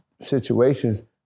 situations